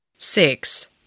Six